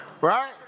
right